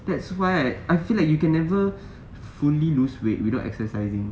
that's why I feel like you can never fully lose weight without exercising